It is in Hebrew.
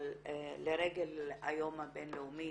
לרגל היום הבינלאומי